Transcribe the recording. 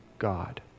God